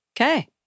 Okay